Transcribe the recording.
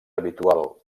habitual